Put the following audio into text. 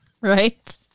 Right